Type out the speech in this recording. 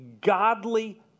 godly